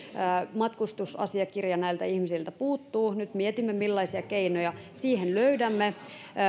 matkustusasiakirja näiltä ihmisiltä puuttuu ja nyt mietimme millaisia keinoja siihen löydämme